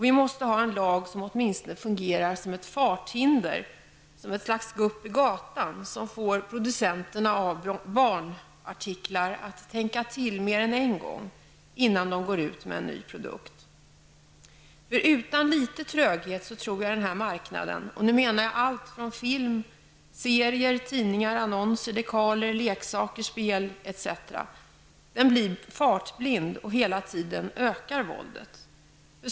Vi måste ha en lag som åtminstone fungerar som ett farthinder, ett slags gupp i gatan, som får producenterna av barnartiklar att tänka till mer än en gång innan de går ut med en ny produkt. Utan litet tröghet tror jag att denna marknad -- och nu menar jag allt från film, serietidningar, annonser, dekaler, leksaker, spel etc. -- kan bli fartblind och hela tiden ökar våldet.